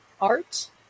art